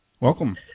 Welcome